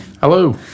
Hello